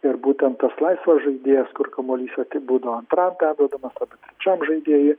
ir būtent tas laisvas žaidėjas kur kamuolys ati būdavo antram perduodamas arba trečiam žaidėjui